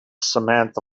samantha